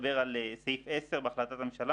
סעיף 10 בהחלטת הממשלה,